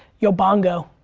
yobongo.